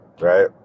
right